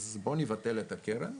אז בואו נבטל את הקרן,